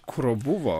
kuro buvo